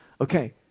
Okay